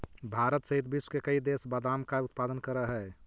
भारत सहित विश्व के कई देश बादाम का उत्पादन करअ हई